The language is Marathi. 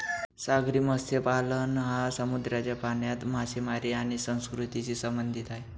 सागरी मत्स्यपालन हा समुद्राच्या पाण्यात मासेमारी आणि संस्कृतीशी संबंधित आहे